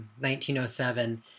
1907